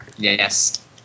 Yes